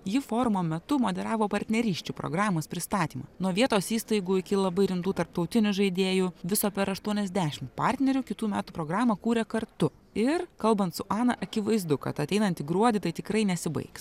ji forumo metu moderavo partnerysčių programos pristatymą nuo vietos įstaigų iki labai rimtų tarptautinių žaidėjų viso per aštuoniasdešimt partnerių kitų metų programą kūrė kartu ir kalbant su ana akivaizdu kad ateinantį gruodį tai tikrai nesibaigs